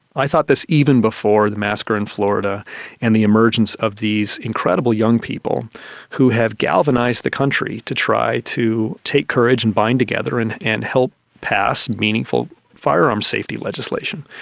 i thought this even before the massacre in florida and the emergence of these incredible young people who have galvanised the country to try to take courage and bind together and and help pass the meaningful firearms safety legislation.